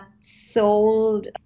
sold